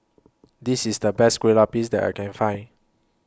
This IS The Best Kueh Lapis that I Can Find